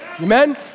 Amen